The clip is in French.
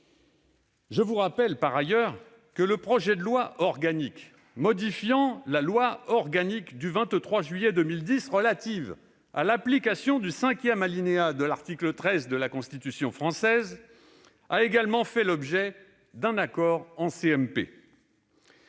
Je vous rappelle, par ailleurs, que le projet de loi organique modifiant la loi organique du 23 juillet 2010 relative à l'application du cinquième alinéa de l'article 13 de la Constitution a également fait l'objet d'un accord en